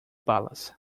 balas